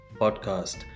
podcast